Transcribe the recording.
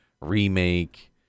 Remake